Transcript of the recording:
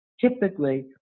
Typically